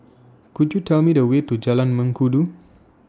Could YOU Tell Me The Way to Jalan Mengkudu